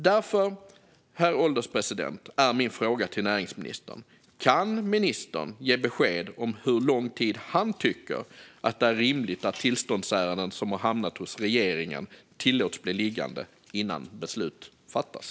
Därför är min fråga till näringsministern: Kan ministern ge besked om hur lång tid han tycker att det är rimligt att tillståndsärenden som har hamnat hos regeringen tillåts bli liggande innan beslut fattas?